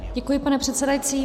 Děkuji, pane předsedající.